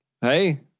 Hey